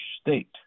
state